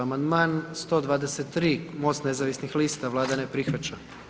Amandman 123, MOST nezavisnih lista, Vlada ne prihvaća.